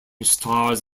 stars